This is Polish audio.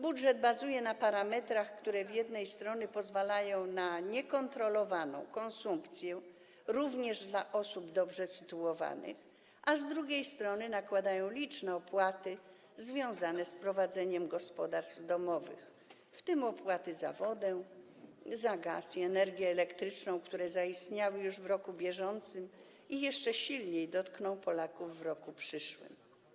Budżet bazuje na parametrach, które, z jednej strony, pozwalają na niekontrolowaną konsumpcję również osób dobrze sytuowanych, a, z drugiej strony, wynikają z nakładanych licznych opłat związanych z prowadzeniem gospodarstw domowych, w tym opłaty za wodę, za gaz i energię elektryczną, które zaistniały już w roku bieżącym, a jeszcze silniej dotkną Polaków w roku przyszłym.